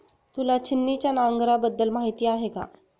तुला छिन्नीच्या नांगराबद्दल माहिती आहे का?